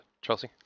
Chelsea